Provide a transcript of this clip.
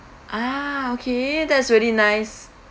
ah okay that's really nice